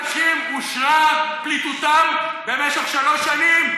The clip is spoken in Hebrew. לכמה אנשים אושרה פליטותם במשך שלוש שנים?